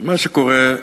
ומה שקורה,